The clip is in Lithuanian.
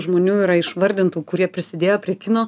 žmonių yra išvardintų kurie prisidėjo prie kino